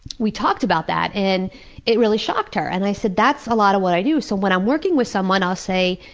we talked about that, and it really shocked her. and i said, that's a lot of what i do. so when i'm working with someone, i'll say,